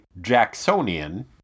Jacksonian